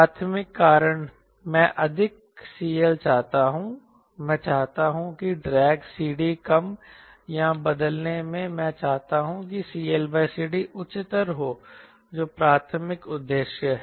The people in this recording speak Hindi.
प्राथमिक कारण मैं अधिक CL चाहता हूं मैं चाहता हूं कि ड्रैग CD कम या बदले में मैं चाहता हूं कि CLCD उच्चतर हो जो प्राथमिक उद्देश्य है